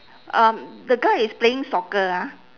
um the guy is playing soccer ah